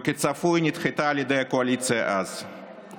וכצפוי, נדחתה על ידי הקואליציה דאז,